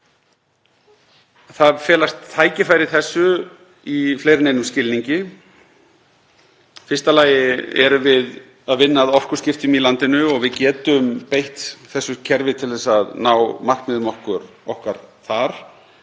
Það felast tækifæri í þessu í fleiri en einum skilningi. Í fyrsta lagi erum við að vinna að orkuskiptum í landinu og við getum beitt þessu kerfi til að ná markmiðum okkar þar.